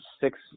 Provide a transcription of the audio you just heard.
six